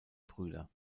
brüder